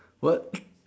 what